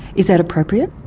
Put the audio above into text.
is that appropriate?